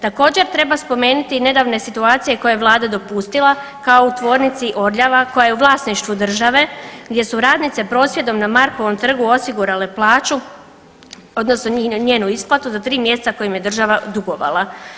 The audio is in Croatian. Također treba spomenuti i nedavne situacije koje je vlada dopustila kao u tvornici Orljava koja je u vlasništvu države gdje su radnice prosvjedom na Markovom trgu osigurale plaću odnosno njenu isplatu za 3 mjeseca koja im je država dugovala.